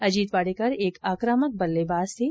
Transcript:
अजीत वाडेकर एक आक्रामक बल्लेबाज थे